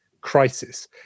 crisis